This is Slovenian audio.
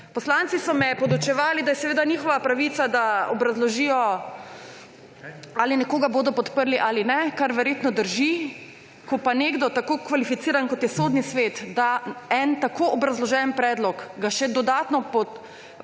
Poslanci so me podučevali, da je seveda njihova pravica, da obrazložijo, ali nekoga bodo podprli ali ne, kar verjetno drži, ko pa nekdo, tako kvalificiran kot je Sodni svet, da en tako obrazložen predlog, ga še dodatno podkrepi